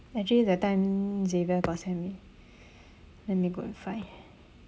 actually that time xavier got send me let me go and find